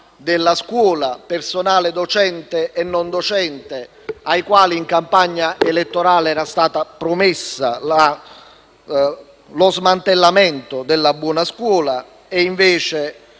della scuola, personale docente e non docente, ai quali in campagna elettorale era stato promesso lo smantellamento della buona scuola. Invece,